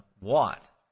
Watt